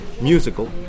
musical